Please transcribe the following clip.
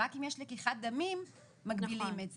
רק אם יש לקיחת דמים מגבילים את זה.